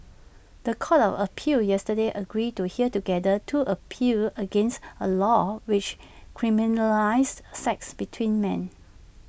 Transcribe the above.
The Court of appeal yesterday agreed to hear together two appeals against A law which criminalises sex between men